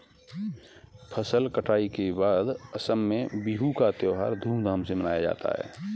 फसल कटाई के बाद असम में बिहू का त्योहार धूमधाम से मनाया जाता है